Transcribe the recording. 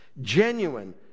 genuine